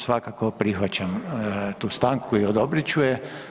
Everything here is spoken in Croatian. Svakako prihvaćam tu stanku i odobrit ću je.